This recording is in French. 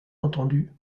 entendu